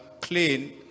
clean